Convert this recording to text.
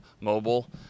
mobile